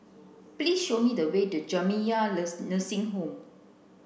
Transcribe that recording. please show me the way to Jamiyah Nursing Home